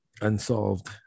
unsolved